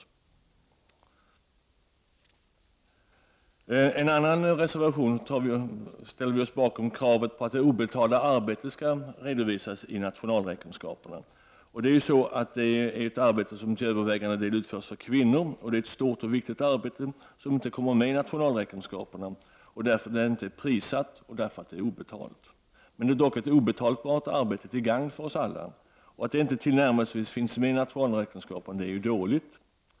I en annan reservation ställer vi oss bakom kravet på att det obetalda arbetet skall redovisas i nationalräkenskaperna. Obetalt arbete utförs till övervägande del av kvinnor. Det är ett stort och viktigt arbete som inte kommer med i nationalräkenskaperna därför att det inte är prissatt och därför att det är obetalt. Det är dock ett obetalt arbete som är till gagn för oss alla. Att det inte ens tillnärmelsevis finns med i nationalräkenskaperna är dåligt.